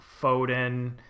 Foden